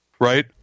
right